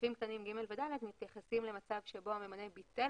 סעיפים קטנים (ג) ו-(ד) מתייחסים למצב שבו הממנה ביטל